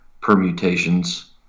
permutations